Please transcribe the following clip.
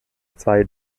zwei